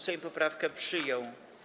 Sejm poprawkę przyjął.